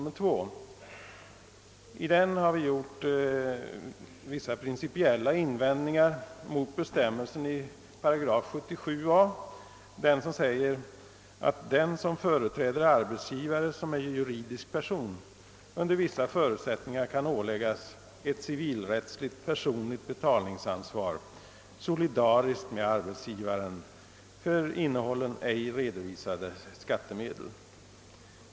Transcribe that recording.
I den reservationen har vi gjort vissa principiella invändningar mot bestämmelsen i 77 a §, där det står: »——— att den, som företräder arbetsgivare, som är juridisk person, under vissa förutsättningar kan åläggas ett civilrättsligt personligt betalningsansvar, solidariskt med arbetsgiva ren, för innehållna, ej redovisade källskattemedel.